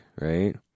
right